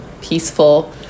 peaceful